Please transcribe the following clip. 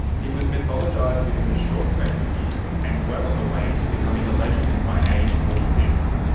he was mythologised within a short space of years and well on the way to becoming a legend by age forty six.